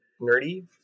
nerdy